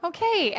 Okay